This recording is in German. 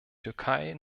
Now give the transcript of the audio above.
türkei